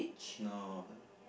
no